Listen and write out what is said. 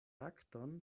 lakton